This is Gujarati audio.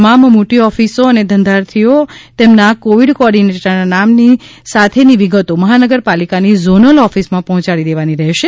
તમામ મોટી ઓફિસો અને ધંધાર્થીઓ એ તેમના કોવિડ કોઓર્ડીનેટરના નામ સાથેની વિગતો મહાનગર પાલિકાની ઝોનલ ઓફિસમાં પહોંચાડી દેવાની રહેશે